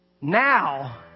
now